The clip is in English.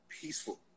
peaceful